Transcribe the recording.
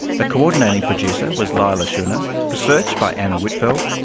the coordinating producer was leila shunnar, research by anna whitfeld,